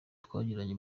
twagiranye